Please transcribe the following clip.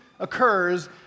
occurs